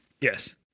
Yes